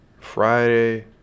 Friday